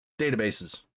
databases